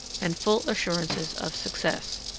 and full assurances of success.